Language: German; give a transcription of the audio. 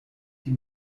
die